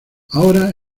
ahora